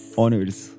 honors